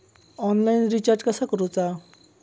Online recharge कसा करूचा?